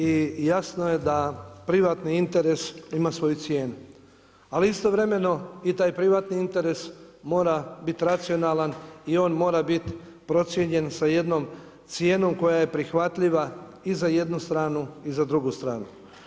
I jasno je da privatni interes ima svoju cijenu, ali istovremeno i taj privatni interes mora biti racionalan i on mora biti procijenjen sa jednom cijenom koja je prihvatljiva i za jednu stranu i za drugu stranu.